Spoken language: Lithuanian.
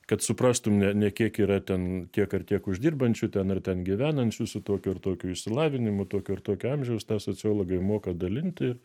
kad suprastum ne ne kiek yra ten tiek ar tiek uždirbančių ten ar ten gyvenančių su tokiu ar tokiu išsilavinimu tokio ir tokio amžiaus tą sociologai moka dalinti